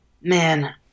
Man